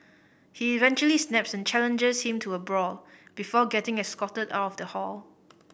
he eventually snaps and challenges him to a brawl before getting escorted out of the hall